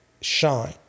shine